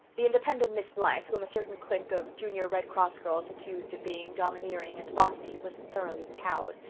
the independent miss blythe, whom a certain clique of junior red cross girls accused of being domineering and bossy, was thoroughly cowed.